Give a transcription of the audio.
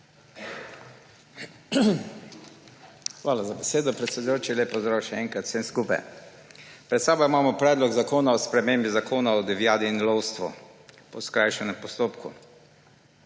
Hvala za besedo, predsedujoči. Lep pozdrav še enkrat vsem skupaj! Pred sabo imamo Predlog zakona o spremembi Zakona o divjadi in lovstvu, in to po skrajšanem postopku.